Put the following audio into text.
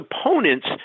opponents